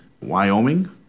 Wyoming